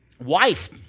Wife